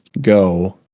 go